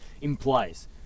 implies